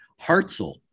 Hartzell